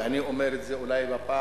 ואני אומר את זה אולי בפעם